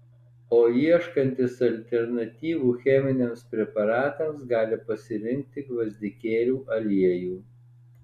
o ieškantys alternatyvų cheminiams preparatams gali pasirinkti gvazdikėlių aliejų